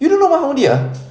you don't know mahamoodiya